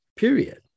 period